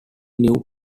new